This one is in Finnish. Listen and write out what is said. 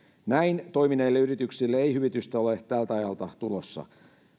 näin toimineille yrityksille ei hyvitystä ole tältä ajalta tulossa